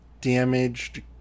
damaged